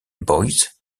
boys